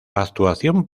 actuación